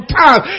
time